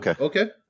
okay